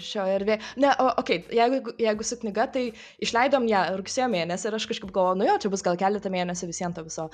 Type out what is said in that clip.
šioj erdvėj ne okei jeigu jeigu su knyga tai išleidom ją rugsėjo mėnesį ir aš kažkaip galvojau nu jo čia bus gal keletą mėnesių visiem to viso